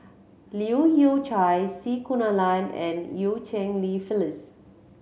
Leu Yew Chye C Kunalan and Eu Cheng Li Phyllis